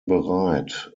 bereit